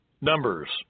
Numbers